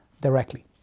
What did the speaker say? directly